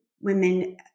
women